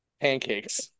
pancakes